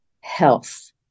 health